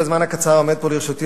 בזמן הקצר העומד פה לרשותי,